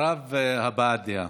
אחריו, הבעת דעה,